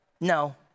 No